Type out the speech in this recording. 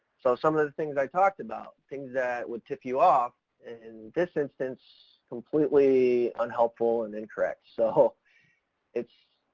so some of the things i talked about, things that would tip you off in this instance, completely unhelpful and incorrect. so it's,